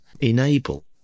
enable